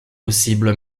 possible